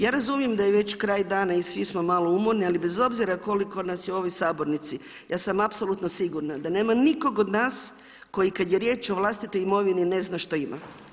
Ja razumijem da je već kraj dana i svi smo malo umorni, ali bez obzira koliko nas je u ovoj sabornici ja sam apsolutno sigurna da nema nikoga od nas koji kada je riječ o vlastitoj imovini ne zna što ima.